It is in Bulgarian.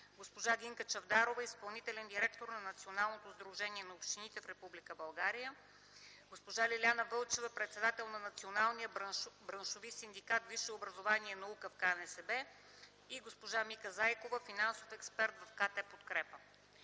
госпожа Гинка Чавдарова – изпълнителен директор на Националното сдружение на общините в Република България, госпожа Лиляна Вълчева – председател на Националния браншов синдикат „Висше образование и наука” в КНСБ, и госпожа Мика Зайкова – финансов експерт в КТ „Подкрепа”.